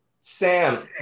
Sam